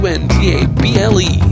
Untable